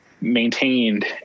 maintained